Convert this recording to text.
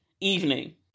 evening